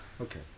Okay